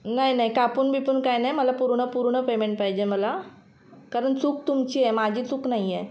नाही नाही कापून बिपून काही नाही मला पूर्ण पूर्ण पेमेंट पाहिजे मला कारण चूक तुमची आहे माझी चूक नाही आहे